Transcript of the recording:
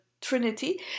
trinity